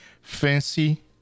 fancy